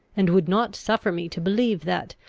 and would not suffer me to believe that,